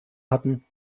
hatten